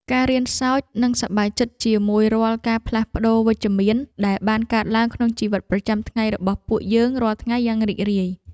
ការរៀនសើចនិងសប្បាយចិត្តជាមួយរាល់ការផ្លាស់ប្តូរវិជ្ជមានដែលបានកើតឡើងក្នុងជីវិតប្រចាំថ្ងៃរបស់ពួកយើងរាល់ថ្ងៃយ៉ាងរីករាយ។